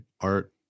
art